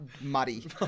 muddy